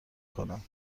کنم